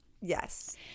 Yes